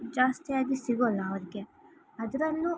ಜಾಸ್ತಿಯಾಗಿ ಸಿಗೊಲ್ಲ ಅವ್ರಿಗೆ ಅದರಲ್ಲೂ